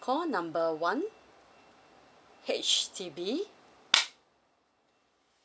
call number one H_D_B